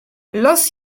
los